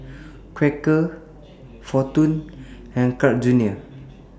Quaker Fortune and Carl's Junior